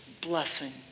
blessing